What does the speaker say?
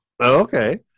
Okay